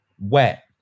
wet